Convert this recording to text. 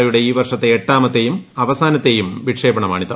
ഒയുടെ ഈ വർഷത്തെ എട്ടാമത്തെയും അവസാനത്തെയും വിക്ഷേപണമാണിത്